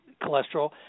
cholesterol